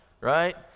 right